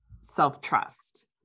self-trust